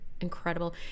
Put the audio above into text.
incredible